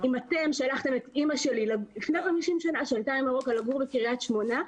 אם אתם שלחתם את אמא שלי שעלתה לפני 50 שנה ממרוקו לגור בקריית שמונה,